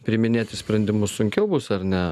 priiminėti sprendimus sunkiau bus ar ne